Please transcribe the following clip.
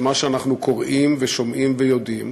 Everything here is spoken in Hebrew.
את מה שאנחנו קוראים ושומעים ויודעים,